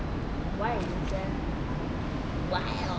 why is that !wow!